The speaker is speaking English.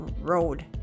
road